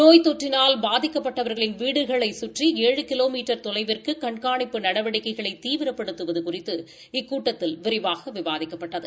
நோய் தொற்றினால் பாதிக்கப்பட்டவர்களின் வீடுகளை கற்றி ஏழு கிலோமீட்டர் தொலைவிற்கு கண்காணிப்பு நடவடிக்கைகளை தீவிரப்படுத்துவது குறித்து இக்கூட்டத்தில் விரிவாக விவாதிக்கப்பட்டது